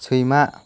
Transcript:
सैमा